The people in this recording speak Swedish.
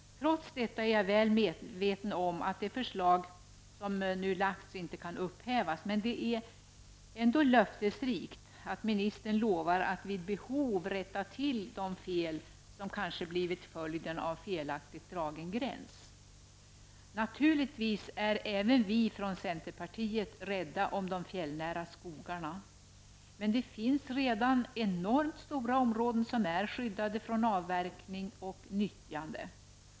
Trots detta är jag väl medveten om att det förslag som nu lagts fram inte kan upphävas. Det är dock löftesrikt att ministern lovar att vid behov rätta till de fel som kanske blivit följden av en felaktigt dragen gräns. Naturligtvis är även vi från centerpartiet rädda om de fjällnära skogarna, men det finns redan enormt stora områden som är skyddade från avverkning och nyttjande.